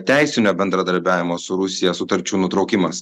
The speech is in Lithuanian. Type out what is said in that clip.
teisinio bendradarbiavimo su rusija sutarčių nutraukimas